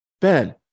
Ben